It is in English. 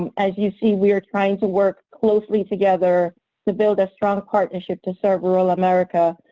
and as you see, we are trying to work closely together to build a strong partnership to serve rural america,